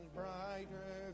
brighter